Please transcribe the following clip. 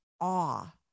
awe